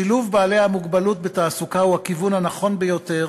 שילוב בעלי המוגבלות בתעסוקה הוא הכיוון הנכון ביותר,